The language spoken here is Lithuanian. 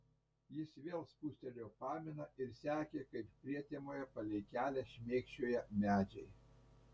jis vėl spustelėjo paminą ir sekė kaip prietemoje palei kelią šmėkščioja medžiai